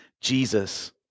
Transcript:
Jesus